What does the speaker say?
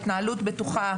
התנהלות בטוחה,